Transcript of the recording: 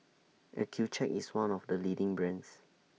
Accucheck IS one of The leading brands